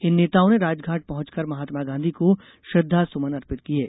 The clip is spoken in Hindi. इन नेताओं ने राजघाट पहंचकर महात्मा गांधी को श्रद्धासुमन अर्पित किये